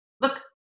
Look